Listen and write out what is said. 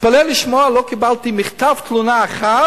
תתפלא לשמוע, לא קיבלתי מכתב תלונה אחד